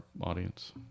audience